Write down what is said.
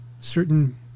certain